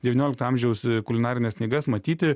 devyniolikto amžiaus kulinarines knygas matyti